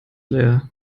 leer